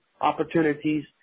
opportunities